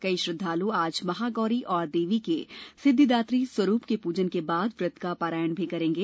कई श्रद्वालु आज महागौरी और देवी के सिद्धिदात्री स्वरूप के पूजन के पश्चात व्रत का पारायण भी करते हैं